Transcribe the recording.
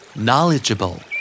Knowledgeable